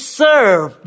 serve